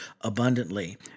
abundantly